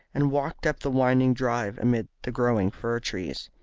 and walked up the winding drive amid the growing fir-trees.